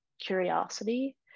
curiosity